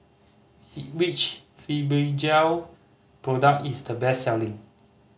which Fibogel product is the best selling